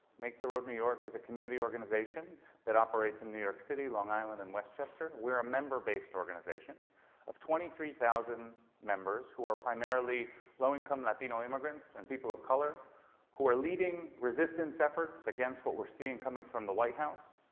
make the road new york is a community organization that operates in new york city, long island, and westchester. we're a member based organization of twenty three thousand members who are primarily low-income latino immigrants and people of color who are leading resistance efforts against what we're seeing coming from the white house.